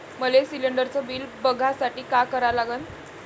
मले शिलिंडरचं बिल बघसाठी का करा लागन?